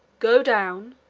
go down,